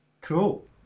Cool